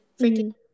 freaking